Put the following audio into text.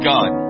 God